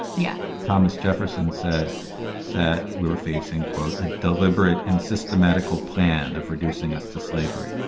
yeah thomas jefferson said that we were facing, quote, a deliberate and systematical plan of reducing us to slavery.